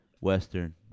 Western